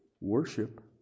worship